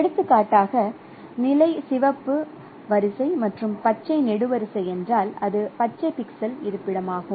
எடுத்துக்காட்டாக நிலை சிவப்பு வரிசை மற்றும் பச்சை நெடுவரிசை என்றால் அது பச்சை பிக்சல் இருப்பிடமாகும்